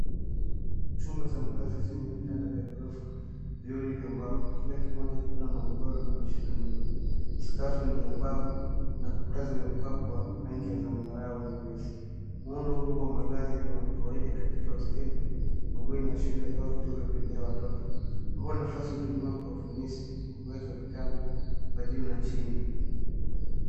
Chumba cha malazi chenye vitanda vya ghorofa viwili vya mbao. Kila kimoja kikiwa na magodoro na mashirika meupa. Sakafu ni ya mbao na kuta ziwapakwa rangi ya zambarau nyepesi. Muundo huo wa malazi ni wa kawaida katika hosteli, mabueni ya shule au vituo vya kulea watoto. Ambao nafasi hutumiwa kwa ufanisi kwa kuweka vitanda kwa juu na chini.